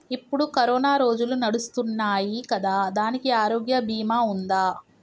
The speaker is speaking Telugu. ఇప్పుడు కరోనా రోజులు నడుస్తున్నాయి కదా, దానికి ఆరోగ్య బీమా ఉందా?